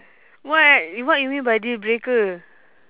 what what you mean by deal breaker